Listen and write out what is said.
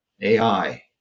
AI